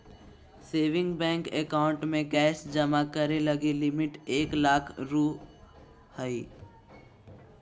saving bank account में cash जमा करे लगी लिमिट एक लाख रु हइ